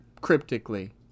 cryptically